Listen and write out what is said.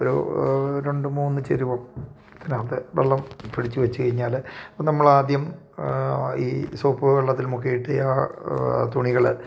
ഒരു രണ്ട് മൂന്ന് ചരുവം അതിനകത്ത് വെള്ളം പിടിച്ചു വച്ചു കഴിഞ്ഞാൽ നമ്മൾ ആദ്യം ഈ സോപ്പ് വെള്ളത്തിൽ മുക്കിയിട്ട് ആ തുണികൾ